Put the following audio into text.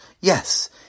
Yes